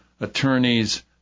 attorneys